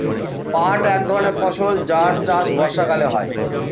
পাট এক ধরনের ফসল যার চাষ বর্ষাকালে হয়